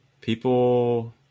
people